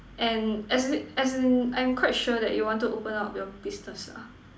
and as in as in I'm quite sure that you wanted open up your business ah